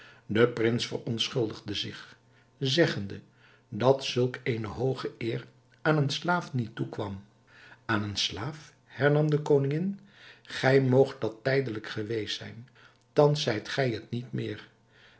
de prins verontschuldigde zich zeggende dat zulk eene hooge eer aan een slaaf niet toekwam aan een slaaf hernam de koningin gij moogt dat tijdelijk geweest zijn thans zijt gij het niet meer